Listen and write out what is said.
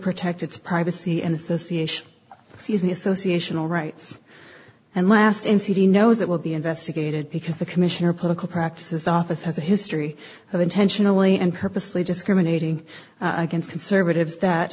protect its privacy and association sees the association all rights and last in city knows it will be investigated because the commissioner political practices office has a history of intentionally and purposely discriminating against conservatives that